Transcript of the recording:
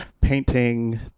painting